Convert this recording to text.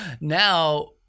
now